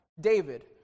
David